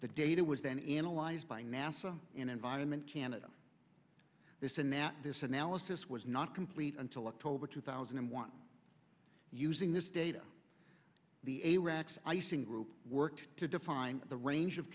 the data was then analyzed by nasa and environment canada this and that this analysis was not complete until october two thousand and one using this data the a racks are using group work to define the range of